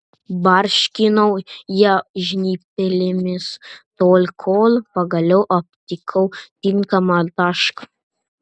barškinau ją žnyplėmis tol kol pagaliau aptikau tinkamą tašką